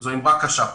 זו אמרה קשה.